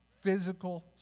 physical